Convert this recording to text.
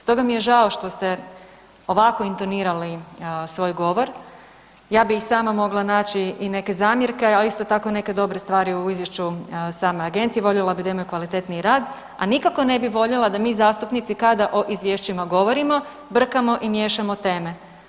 Stoga mi je žao što ste ovako intonirali svoj govor, ja bi i sama mogla naći i neke zamjerke a isto tako i neke dobre stvari u izvješću same agencija, voljela bi da imaju kvalitetniji rad a nikako ne bi voljela da mi zastupnici kada o izvješćima govorimo, brkamo i miješamo teme.